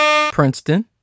princeton